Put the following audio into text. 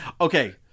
Okay